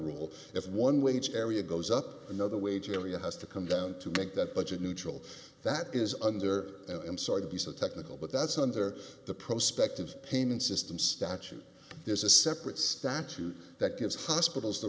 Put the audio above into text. rule if one wage area goes up another wage area has to come down to make that budget neutral that is under him sorry to be so technical but that's under the prospect of payment system statute there's a separate statute that gives hospitals the